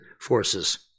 forces